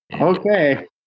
Okay